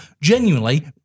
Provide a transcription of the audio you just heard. Genuinely